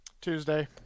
Tuesday